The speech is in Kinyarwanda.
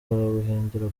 guhindura